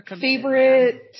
Favorite